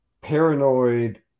paranoid